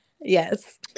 Yes